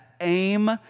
aim